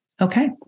Okay